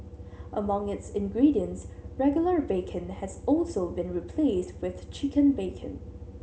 among its ingredients regular bacon has also been replaced with chicken bacon